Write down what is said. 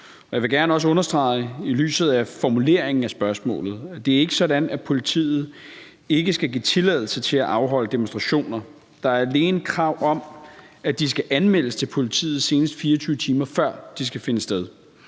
Jeg vil også gerne understrege i lyset af formuleringen af spørgsmålet, at det ikke er sådan, at politiet skal give tilladelse til at afholde demonstrationer. Der er alene krav om, at de skal anmeldes til politiet, senest 24 timer før de skal finde sted.